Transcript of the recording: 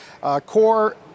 Core